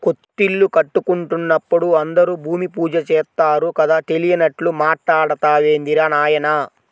కొత్తిల్లు కట్టుకుంటున్నప్పుడు అందరూ భూమి పూజ చేత్తారు కదా, తెలియనట్లు మాట్టాడతావేందిరా నాయనా